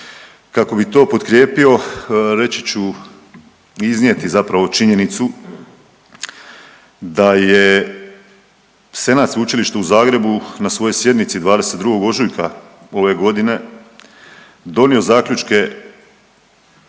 Kako bih to potkrijepio, reći ću, iznijeti zapravo činjenicu da je Senat Sveučilišta u Zagrebu na svojoj sjednici 22. ožujka ove godine donio zaključke